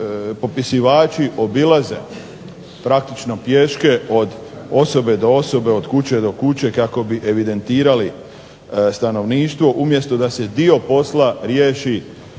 popisivači obilaze praktično pješke od osobe do osobe, od kuće do kuće kako bi evidentirali stanovništvo umjesto da se dio posla riješi